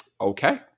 okay